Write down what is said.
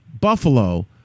Buffalo